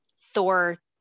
thor